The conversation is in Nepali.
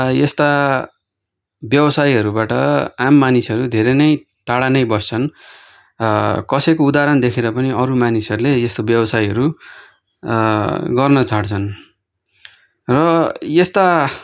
यस्ता व्यावसायहरूबाट आम मानिसहरू धेरै नै टाढा नै बस्छन् कसैको उदाहरण देखेर पनि अरू मानिसहरूले यस्तो व्यवसायीहरू गर्न छाड्छन् र यस्ता